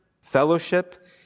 fellowship